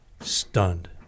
stunned